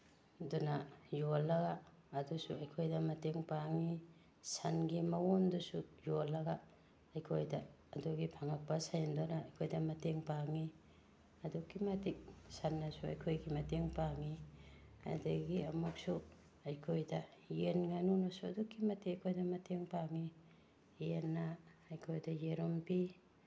ꯑꯗꯨꯅ ꯌꯣꯜꯂꯒ ꯑꯗꯨꯁꯨ ꯑꯩꯈꯣꯏꯗ ꯃꯇꯦꯡ ꯄꯥꯡꯏ ꯁꯟꯒꯤ ꯃꯎꯟꯗꯨꯁꯨ ꯌꯣꯜꯂꯒ ꯑꯩꯈꯣꯏꯗ ꯑꯗꯨꯒꯤ ꯐꯪꯉꯛꯄ ꯁꯦꯟꯗꯨꯅ ꯑꯩꯈꯣꯏꯗ ꯃꯇꯦꯡ ꯄꯥꯡꯏ ꯑꯗꯨꯛꯀꯤ ꯃꯇꯤꯛ ꯁꯟꯅꯁꯨ ꯑꯩꯈꯣꯏꯒꯤ ꯃꯇꯦꯡ ꯄꯥꯡꯏ ꯑꯗꯒꯤ ꯑꯃꯨꯛꯁꯨ ꯑꯩꯈꯣꯏꯗ ꯌꯦꯟ ꯉꯥꯅꯨꯅꯁꯨ ꯑꯗꯨꯛꯀꯤ ꯃꯇꯤꯛ ꯑꯩꯈꯣꯏꯗ ꯃꯇꯦꯡ ꯄꯥꯡꯏ ꯌꯦꯟꯅ ꯑꯩꯈꯣꯏꯗ ꯌꯦꯔꯨꯝ ꯄꯤ